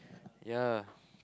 yeah